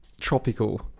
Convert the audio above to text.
tropical